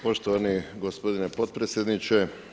Poštovani gospodine potpredsjedniče.